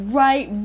right